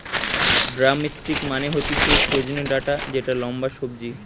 drumstick মানে হতিছে সজনে ডাটা যেটা লম্বা সবজি